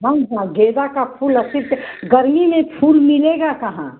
गेंदे का फूल अस्सी से गर्मी में फूल मिलेगा कहाँ